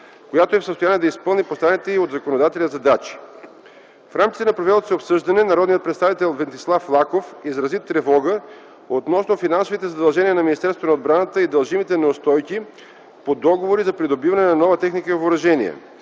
която е в състояние да изпълни поставените й от законодателя задачи. В рамките на провелото се обсъждане, народният представител Венцислав Лаков изрази тревога относно финансовите задължения на Министерството на отбраната и дължимите неустойки по договори за придобиване на нова техника и въоръжения.